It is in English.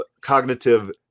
cognitive